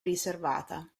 riservata